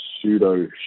pseudo